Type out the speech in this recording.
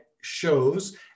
shows